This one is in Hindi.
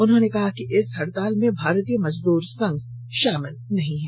उन्होंने कहा कि इस हड़ताल में भारतीय मजदूर संघ शामिल नहीं हैं